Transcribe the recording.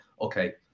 okay